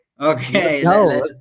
okay